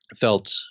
felt